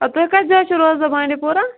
اَدٕ تُہۍ کتھ جایہِ چھِو روزان بانٛڈی پورہ